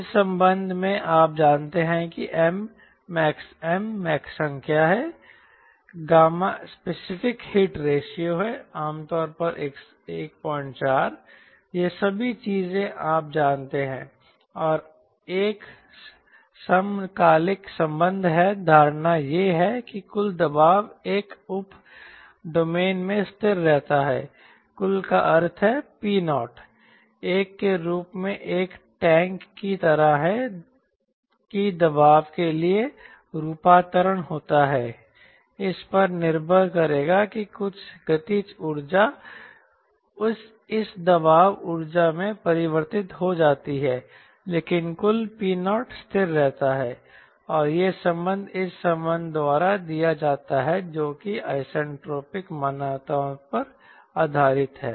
इस संबंध में आप जानते हैं कि M मैक संख्या है स्पेसिफिक हीट रेश्यो है आमतौर पर 14 ये सभी चीजें आप जानते हैं और एक समकालिक संबंध है धारणा यह है कि कुल दबाव एक उप डोमेन में स्थिर रहता है कुल का अर्थ है P0 एक के रूप में एक टैंक की तरह है कि दबाव के लिए रूपांतरण होता है इस पर निर्भर करेगा कि कुछ गतिज ऊर्जा इस दबाव ऊर्जा में परिवर्तित हो जाती है लेकिन कुल P0 स्थिर रहता है और यह संबंध इस संबंध द्वारा दिया जाता है जो कि आईसेनट्रपिक मान्यताओं पर आधारित है